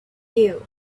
you